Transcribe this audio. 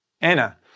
Anna